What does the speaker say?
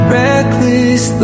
reckless